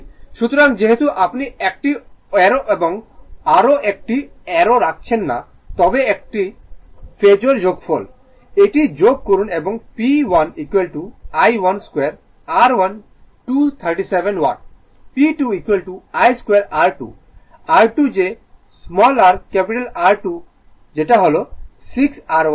সুতরাং যেহেতু আপনি একটি অ্যারো এবং আরও একটি অ্যারো রাখছেন না তবে এটি একটি ফেজোর যোগফল এটি যোগ করুন এবং P 1 I 1 2 R1 237 watt P 2 I 2 R2 R2 যে r R2 is 6 R1হল 4